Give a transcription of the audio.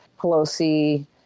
Pelosi